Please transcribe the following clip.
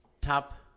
Top